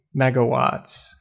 megawatts